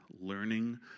learning